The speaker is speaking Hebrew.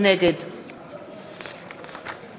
נגד